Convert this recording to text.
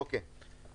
אוקיי.